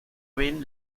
ven